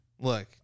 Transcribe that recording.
Look